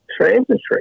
transitory